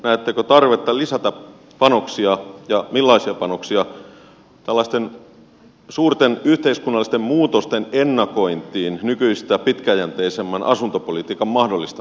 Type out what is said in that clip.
näettekö tarvetta lisätä panoksia ja millaisia panoksia tällaisten suurten yhteiskunnallisten muutosten ennakointiin nykyistä pitkäjänteisemmän asuntopolitiikan mahdollistamiseksi